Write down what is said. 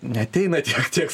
neateina tiek tiek